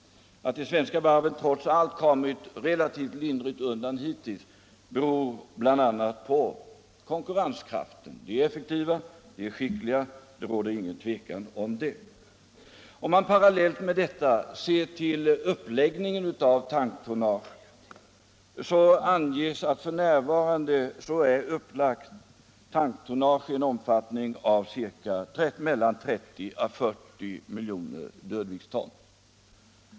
Att de svenska varven trots allt kommit relativt lindrigt undan hittills beror bl.a. på deras konkurrenskraft. De är effektiva, de är skickliga. Det råder inget tvivel om det. Om man parallellt med denna utveckling ser till uppläggningen av tanktonnaget, anges att tanktonnage f.n. är upplagt i en omfattning av mellan 30 och 40 miljoner dödviktston.